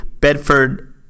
Bedford